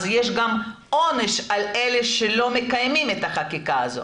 אז יש גם עונש על אלה שלא מקיימים את החקיקה הזאת.